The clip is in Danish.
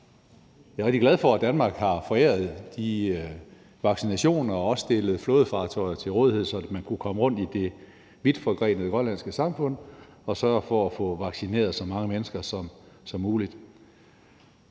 Jeg er rigtig glad for, at Danmark har foræret de vaccinationer og også stillet flådefartøjer til rådighed, så man kunne komme rundt i det vidtforgrenede grønlandske samfund og sørge for at vaccinere så mange mennesker som muligt.